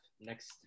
next